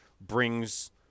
brings